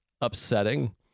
upsetting